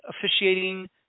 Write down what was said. officiating